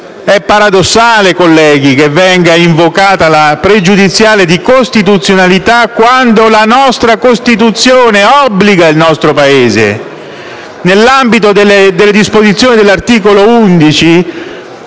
È paradossale, colleghi, che venga invocata la pregiudiziale di costituzionalità quando la nostra Costituzione obbliga il nostro Paese, nell'ambito delle disposizioni dell'articolo 11